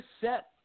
set